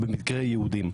במקרה יהודים.